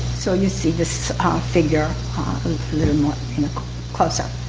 so you see this figure a little more closer.